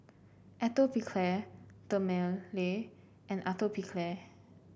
Atopiclair Dermale and Atopiclair